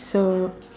so